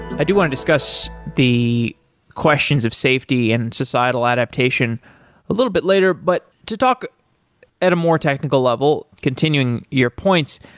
i do want to discuss the questions of safety and societal adaptation a little bit later. but to talk at a more technical level continuing your points,